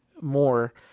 more